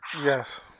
Yes